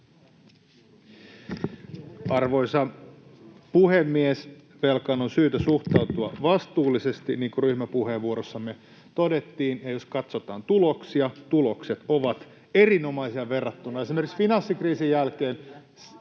Arvoisa puhemies! Velkaan on syytä suhtautua vastuullisesti, niin kuin ryhmäpuheenvuorossamme todettiin, ja jos katsotaan tuloksia, tulokset ovat erinomaisia verrattuna esimerkiksi siihen,